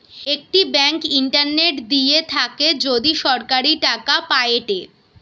একটি bank internet দিয়ে থাকে যদি সরাসরি টাকা পায়েটে